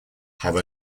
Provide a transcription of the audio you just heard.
have